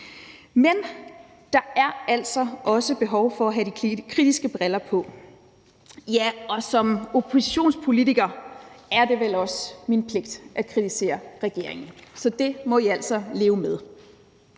Men der er altså også behov for at have de kritiske briller på. Og som oppositionspolitiker er det vel også min pligt at kritisere regeringen. Så det må I altså leve med.